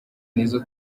nizo